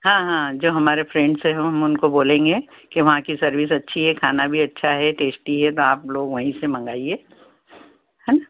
हाँ हाँ जो हमारे फ्रेंड्स है हम उनको बोलेंगे कि वहाँ की सर्विस अच्छी है खाना भी अच्छा है टेश्टी है तो आप लोग वहीं से मंगाइए है न